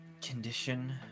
condition